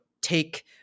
take